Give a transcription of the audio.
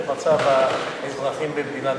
אינו נוכח שרון גל,